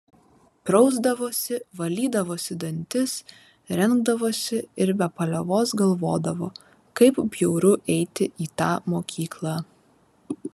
prausdavosi valydavosi dantis rengdavosi ir be paliovos galvodavo kaip bjauru eiti į tą mokyklą